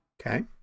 Okay